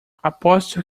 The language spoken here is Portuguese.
aposto